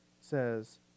says